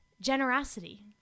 generosity